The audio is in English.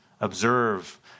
observe